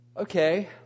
Okay